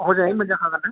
हजोंहाय मोनजाखागोनना